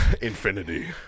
infinity